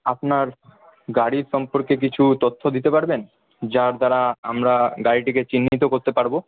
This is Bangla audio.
আপনার গাড়ি সম্পর্কে কিছু তথ্য দিতে পারবেন যার দ্বারা আমরা গাড়িটিকে চিহ্নিত করতে পারবো